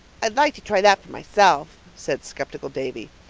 i'd like to try that for myself, said skeptical davy.